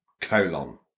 colon